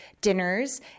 dinners